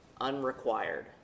unrequired